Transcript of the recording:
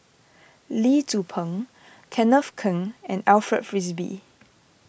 Lee Tzu Pheng Kenneth Keng and Alfred Frisby